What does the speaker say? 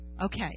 Okay